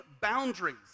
boundaries